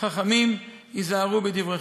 חכמים, היזהרו בדבריכם.